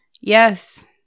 Yes